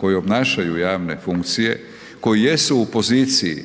koji obnašao javne funkcije, koji jesu u poziciji